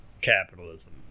capitalism